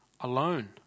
alone